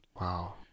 Wow